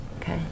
Okay